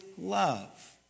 love